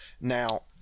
Now